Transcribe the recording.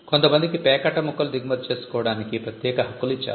కొంతమందికి పేకాట ముక్కలు దిగుమతి చేసుకోవడానికి ఈ ప్రత్యేక హక్కులు ఇచ్చారు